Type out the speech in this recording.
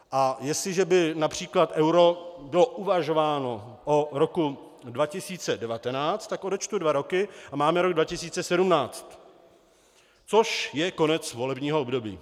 A jestliže by například euro bylo uvažováno od roku 2019, tak odečtu dva roky a máme rok 2017, což je konec volebního období.